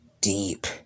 deep